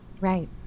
Right